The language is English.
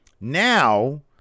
now